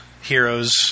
heroes